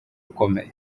ukomeye